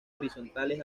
horizontales